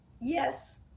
yes